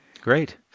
Great